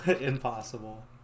Impossible